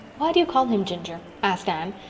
why do you call him ginger? asked anne,